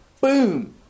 boom